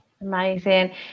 amazing